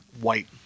white